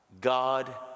God